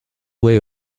way